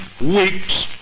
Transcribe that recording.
weeks